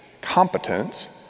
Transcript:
competence